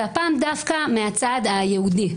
והפעם דווקא מהצד היהודי.